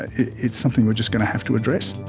it's something we're just going to have to address